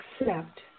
accept